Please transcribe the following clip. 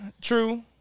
True